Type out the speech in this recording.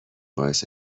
باعث